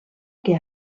que